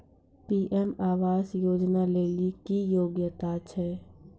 PM आवास योजना लेली की योग्यता छै?